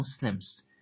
Muslims